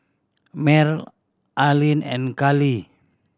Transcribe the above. Mel Arline and Karly